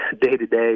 day-to-day